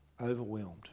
overwhelmed